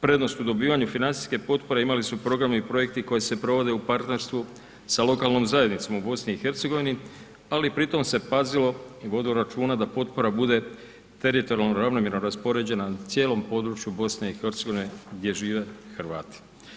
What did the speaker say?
Prednost u dobivanju financijske potpore imali su u programu i projekti koji se provode u partnerstvu sa lokalnom zajednicom u BiH-u ali pritom se pazilo i vodilo računa da potpora bude teritorijalno ravnomjerna raspoređena na cijelom području BiH-a gdje žive Hrvati.